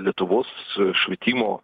lietuvos švietimo